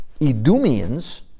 Edomians